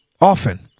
often